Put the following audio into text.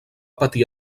patir